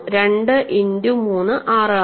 2 into 3 6 ആണ്